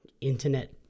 Internet